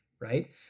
Right